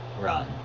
run